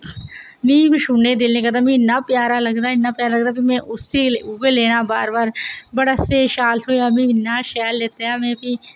में बी छोड़ने गी मन नी करदा मिगी इन्ना प्यारा लगदा इन्ना प्यारा लगदा उऐ लैना बार बार बड़ा शैल शाल थ्होया में इन्ना शैल थ्होया फ्ही